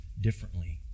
differently